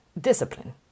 discipline